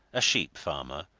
a sheep-farmer,